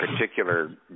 particular